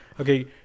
okay